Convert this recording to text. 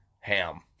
ham